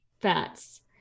fats